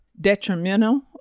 detrimental